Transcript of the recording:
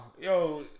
Yo